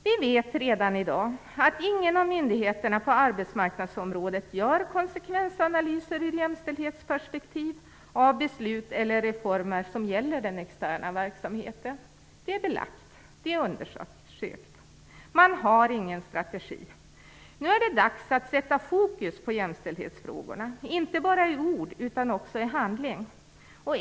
Vi vet redan i dag att ingen av myndigheterna på arbetsmarknadsområdet gör konsekvensanalyser ur jämställdhetsperspektiv av beslut eller reformer som gäller den externa verksamheten. Det är belagt. Det är undersökt. Man har ingen strategi. Nu är det dags att sätta jämställdhetsfrågorna i fokus; inte bara i ord utan också i handling.